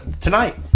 tonight